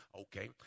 okay